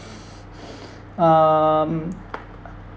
um